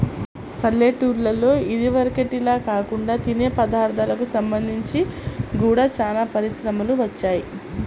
పల్లెటూల్లలో ఇదివరకటిల్లా కాకుండా తినే పదార్ధాలకు సంబంధించి గూడా చానా పరిశ్రమలు వచ్చాయ్